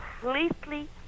completely